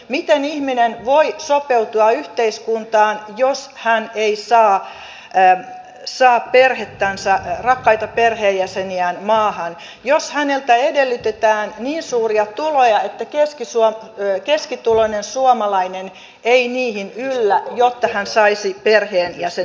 miten ihminen voi sopeutua yhteiskuntaan jos hän ei saa perhettänsä rakkaita perheenjäseniään maahan jos häneltä edellytetään niin suuria tuloja että keskituloinen suomalainen ei niihin yllä jotta hän saisi perheenjäsenensä maahan